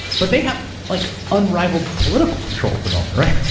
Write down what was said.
but they have like unrivaled political control at the moment, right?